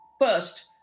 first